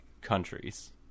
countries